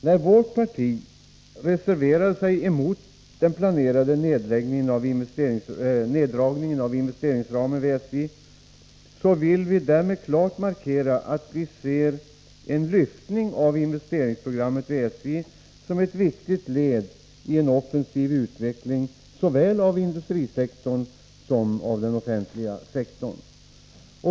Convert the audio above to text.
När vi från vpk reserverar oss mot planerad neddragning av investeringsramen vid SJ, vill vi därmed klart markera att vi ser en lyftning av investeringsprogrammet vid SJ som ett viktigt led i en offensiv utveckling av såväl industrisektorn som den offentliga sektorn.